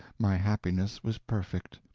my happiness was perfect.